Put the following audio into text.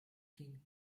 king